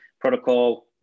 protocol